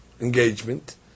engagement